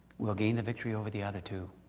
we'll gain the victory over the other two.